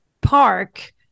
park